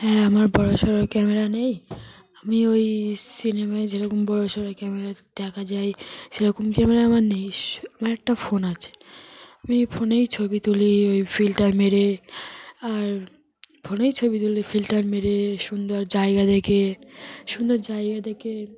হ্যাঁ আমার বড় সড়া ক্যামেরা নেই আমি ওই সিনেমায় যেরকম বড়ো সড় ক্যামেরা দেখা যায় সেরকম ক্যামেরা আমার নেই আমার একটা ফোন আছে আমি ফোনেই ছবি তুলি ওই ফিল্টার মেরে আর ফোনেই ছবি তুলি ফিল্টার মেরে সুন্দর জায়গা দেখে সুন্দর জায়গা দেখে